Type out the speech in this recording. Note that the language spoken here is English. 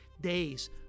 days